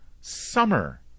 summer